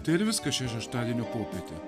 tai ir viskas šeštadienio popietę